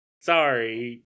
Sorry